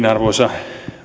arvoisa